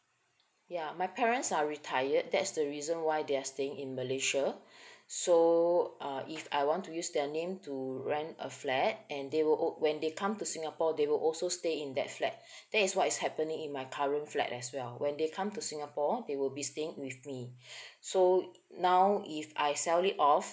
ya my parents are retired that's the reason why they're staying in malaysia so uh if I want to use their name to rent a flat and they would when they come to singapore they will also stay in that flat that is what is happening in my current flat as well when they come to singapore they will be staying with me so now if I sell it off